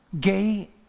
Gay